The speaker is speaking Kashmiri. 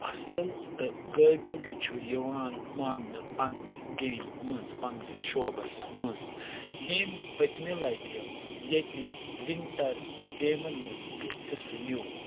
اَصٕل تہٕ قٲبِل چھُ یِوان مانٛنہٕ پنٛنہِ گیمہِ منٛز پَنٛنِس شوبَس منٛز ییٚمۍ پٔتۍمہِ لَٹہِ ییٚتہِ وِنٹَر گیمَن منٛز تہِ حصہٕ نیوٗ